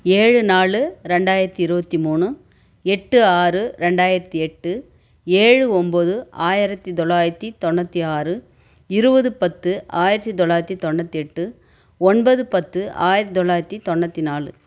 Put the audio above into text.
ஏழு நாலு ரெண்டாயிரத்தி இருபத்தி மூணு எட்டு ஆறு ரெண்டாயிரத்தி எட்டு ஏழு ஒன்போது ஆயிரத்தி தொள்ளாயிரத்தி தொண்ணூற்றி ஆறு இருபது பத்து ஆயிரத்தி தொள்ளாயிரத்தி தொண்ணூற்றி எட்டு ஒன்பது பத்து ஆயிரத்தி தொள்ளாயிரத்தி தொண்ணூற்றி நாலு